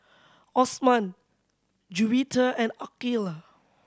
Osman Juwita and Aqilah